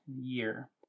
year